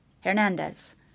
Hernandez